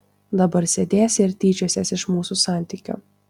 dabar sėdėsi ir tyčiosies iš mūsų santykių